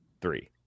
Three